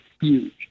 huge